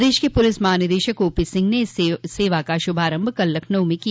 प्रदेश के पुलिस महानिदेशक ओपी सिंह ने इस सेवा का श्रभारम्भ कल लखनऊ में किया